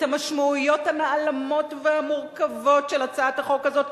המשמעויות הנעלמות והמורכבות של הצעת החוק הזאת,